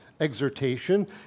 exhortation